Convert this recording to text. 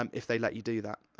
um if they let you do that.